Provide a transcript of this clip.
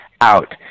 out